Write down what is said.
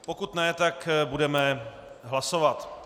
Pokud ne, tak budeme hlasovat.